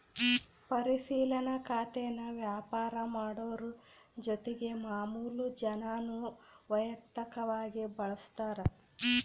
ಪರಿಶಿಲನಾ ಖಾತೇನಾ ವ್ಯಾಪಾರ ಮಾಡೋರು ಜೊತಿಗೆ ಮಾಮುಲು ಜನಾನೂ ವೈಯಕ್ತಕವಾಗಿ ಬಳುಸ್ತಾರ